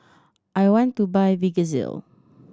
I want to buy Vagisil